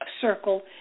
circle